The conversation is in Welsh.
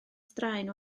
straen